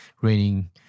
raining